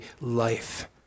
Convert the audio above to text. life